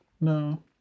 No